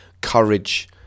courage